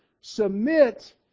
submit